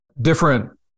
different